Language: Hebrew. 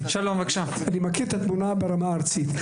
אני מכיר את התמונה ברמה הארצית.